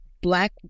Black